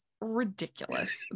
ridiculous